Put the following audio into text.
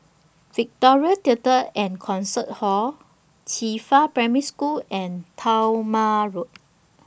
Victoria Theatre and Concert Hall Qifa Primary School and Talma Road